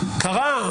קרה,